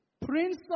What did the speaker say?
Prince